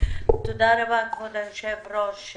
תודה רבה, כבוד היושב-ראש.